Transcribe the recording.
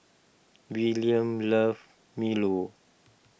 Willaim loves Milo